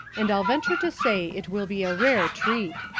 and i'll venture to say it will be a rare treat.